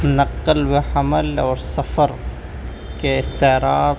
نقل و حمل اور سفر کے اختیارات